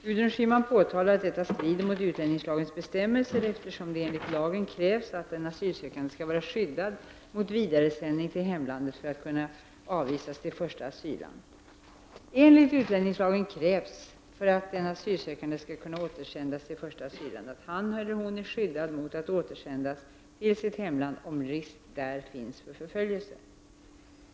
Gudrun Schyman påtalar att detta strider mot utlänningslagens bestämmelser, eftersom det enligt lagen krävs att en asylsökande skall vara skyddad mot vidaresändning till hemlandet för att kunna avvisas till första asylland. Enligt utlänningslagen krävs för att en asylsökande skall kunna återsändas till ett första asylland att han eller hon är skyddad mot att återsändas till sitt hemland om risk där finns för förföljelse.